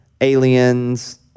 aliens